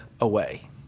away